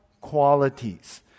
qualities